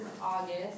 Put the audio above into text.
August